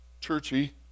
churchy